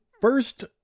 first